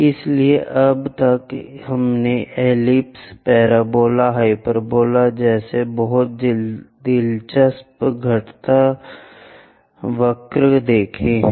इसलिए अब तक हमने एलिप्स पैराबोला और हाइपरबोला जैसे बहुत दिलचस्प घटता को देखा है